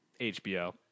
HBO